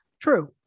true